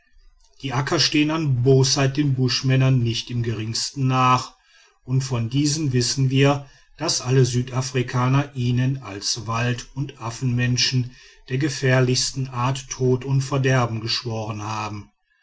die akka stehen an bosheit den buschmännern nicht im geringsten nach und von diesen wissen wir daß alle südafrikaner ihnen als wald und affenmenschen der gefährlichsten art tod und verderben geschworen haben